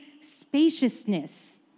spaciousness